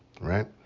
right